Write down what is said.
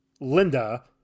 Linda –